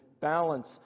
balance